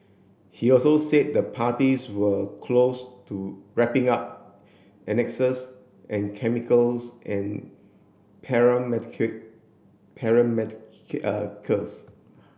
he also said the parties were close to wrapping up annexes and chemicals and